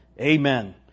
amen